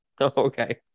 okay